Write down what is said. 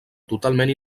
totalment